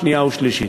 שנייה ושלישית.